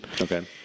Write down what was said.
okay